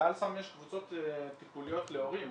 ב"אל סם" יש קבוצות טיפוליות להורים,